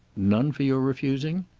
none for your refusing?